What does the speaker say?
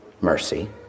mercy